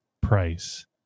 price